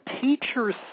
teachers